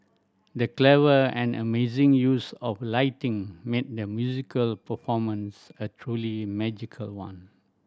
the clever and amazing use of lighting made the musical performance a truly magical one